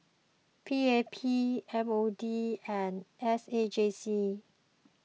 P A P M O D and S A J C